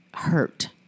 Hurt